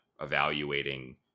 evaluating